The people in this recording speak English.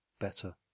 Better